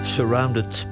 Surrounded